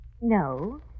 No